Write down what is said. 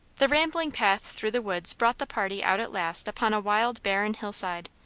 the rambling path through the woods brought the party out at last upon a wild barren hill-side,